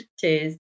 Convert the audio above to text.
Cheers